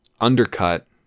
undercut